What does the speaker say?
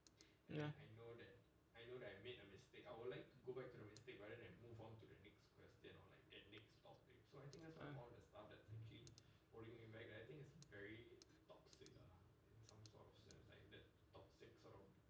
ya